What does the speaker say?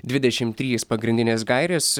dvidešimt trys pagrindinės gairės